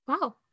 Wow